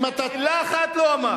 מלה אחת לא אמר.